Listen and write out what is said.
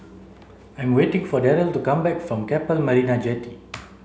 I'm waiting for Darold to come back from Keppel Marina Jetty